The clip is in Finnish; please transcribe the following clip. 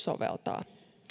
soveltaa